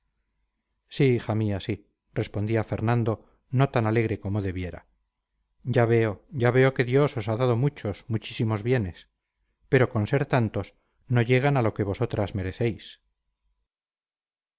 hija mía sí respondía fernando no tan alegre como debiera ya veo ya veo que dios os ha dado muchos muchísimos bienes pero con ser tantos no llegan a lo que vosotras merecéis